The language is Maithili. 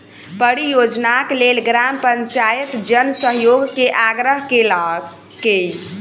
परियोजनाक लेल ग्राम पंचायत जन सहयोग के आग्रह केलकै